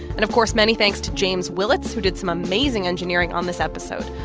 and of course, many thanks to james willetts, who did some amazing engineering on this episode.